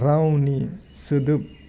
रावनि सोदोब